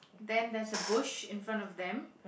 then there's a bush in front of them